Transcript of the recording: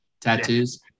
tattoos